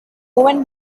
one